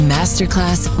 Masterclass